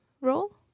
role